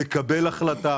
לקבל החלטה